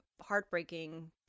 heartbreaking